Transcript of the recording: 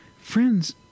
Friends